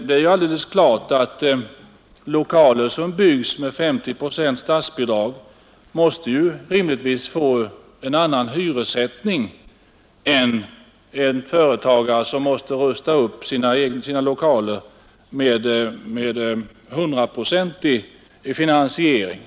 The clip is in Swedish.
De lokaler som byggs med 50 procents statsbidrag måste ju rimligtvis få en annan hyressättning än lokaler som byggs av en företagare som måste rusta upp sina lokaler med egen 100-procentig finansiering.